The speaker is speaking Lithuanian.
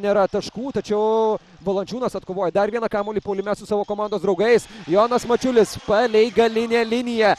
nėra taškų tačiau valančiūnas atkovoja dar vieną kamuolį puolime su savo komandos draugais jonas mačiulis palei galinę liniją